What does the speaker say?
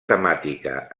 temàtica